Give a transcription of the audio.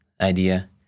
idea